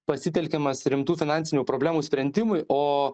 pasitelkiamas rimtų finansinių problemų sprendimui o